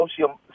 social